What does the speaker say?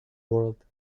world